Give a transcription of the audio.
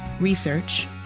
research